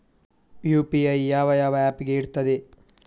UPI ಯಾವ ಯಾವ app ಗೆ ಇರ್ತದೆ?